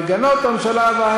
לגנות את הממשלה.